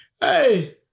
hey